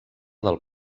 del